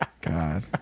god